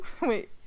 Wait